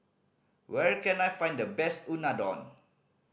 where can I find the best Unadon